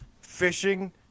fishing